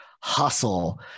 Hustle